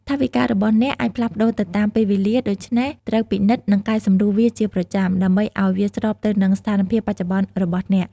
ថវិការបស់អ្នកអាចផ្លាស់ប្តូរទៅតាមពេលវេលា ដូច្នេះត្រូវពិនិត្យ និងកែសម្រួលវាជាប្រចាំ ដើម្បីឱ្យវាស្របទៅនឹងស្ថានភាពបច្ចុប្បន្នរបស់អ្នក។